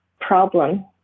problem